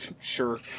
Sure